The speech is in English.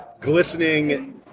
glistening